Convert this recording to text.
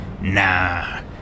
Nah